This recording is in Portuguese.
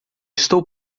estou